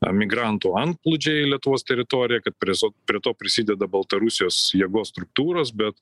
emigrantų antplūdžiai į lietuvos teritoriją kad prie so prie to prisideda baltarusijos jėgos struktūros bet